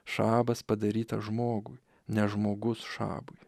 šabas padarytas žmogui ne žmogus šabui